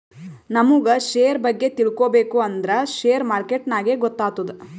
ನಮುಗ್ ಶೇರ್ ಬಗ್ಗೆ ತಿಳ್ಕೋಬೇಕು ಅಂದ್ರ ಶೇರ್ ಮಾರ್ಕೆಟ್ ನಾಗೆ ಗೊತ್ತಾತ್ತುದ